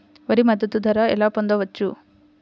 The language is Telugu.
వరి మద్దతు ధర ఎలా పొందవచ్చు?